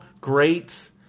great